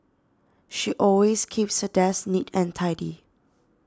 she always keeps her desk neat and tidy